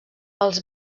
els